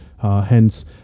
Hence